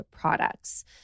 products